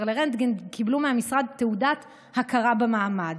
לרנטגן קיבלו מהמשרד תעודת הכרה במעמד.